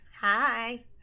Hi